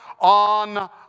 on